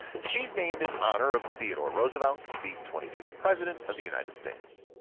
she is named in honor of theodore roosevelt, the twenty sixth president of the united states.